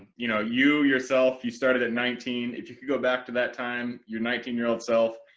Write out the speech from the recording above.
you know, you yourself you started at nineteen if you could go back to that time, your nineteen year old self,